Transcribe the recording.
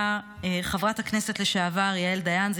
יזמה חברת הכנסת לשעבר יעל דיין,